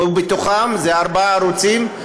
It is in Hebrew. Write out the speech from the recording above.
הוא בתוכם, זה ארבעה ערוצים.